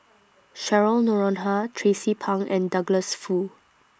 Cheryl Noronha Tracie Pang and Douglas Foo